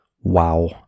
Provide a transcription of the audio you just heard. wow